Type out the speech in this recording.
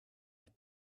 had